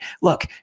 Look